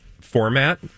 format